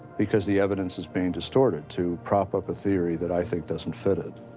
because the evidence is being distorted to prop up a theory that i think doesn't fit it.